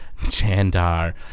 Chandar